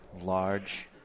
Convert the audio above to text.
large